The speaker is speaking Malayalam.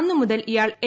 അന്നുമുതൽ ഇയാൾ ഇ